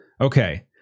Okay